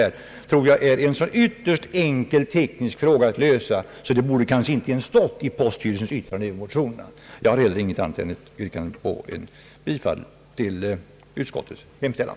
Det tror jag är en så ytterst enkel teknisk fråga att lösa, att det kanske inte ens borde stått i poststyrelsens yttrande över motionerna. Jag har heller inget annat yrkande än om bifall till utskottets hemställan.